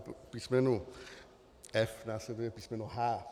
Po písmenu f) následuje písmeno h).